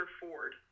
Ford